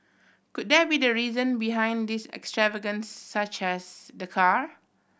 could that be the reason behind this extravagance such as the car